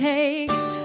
takes